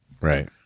Right